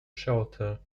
shelter